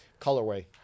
colorway